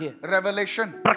Revelation